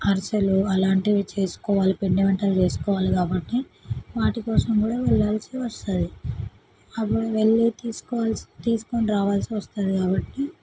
అరిసెలు అలాంటివి చేసుకోవాలి పిండి వంటలు చేసుకోవాలి కాబట్టి వాటికోసం కూడా వెళ్ళాల్సి వస్తుంది అప్పుడు వెళ్ళి తీసుకోవాల్సి తీసుకొనిరావల్సి వస్తుంది కాబట్టి